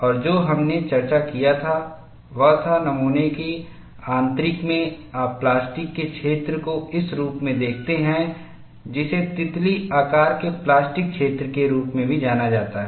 और जो हमने चर्चा किया था वह था नमूना के आंतरिक में आप प्लास्टिक के क्षेत्र को इस रूप में देखते हैं जिसे तितली आकार के प्लास्टिक क्षेत्र के रूप में भी जाना जाता है